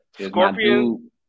Scorpion